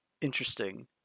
interesting